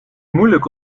moeilijk